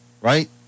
right